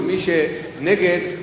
מי שנגד,